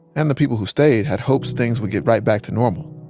and the people who stayed had hopes things would get right back to normal